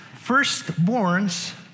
firstborn's